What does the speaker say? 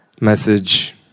message